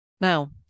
Now